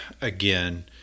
again